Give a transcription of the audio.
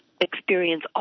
experience